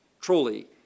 Truly